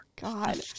God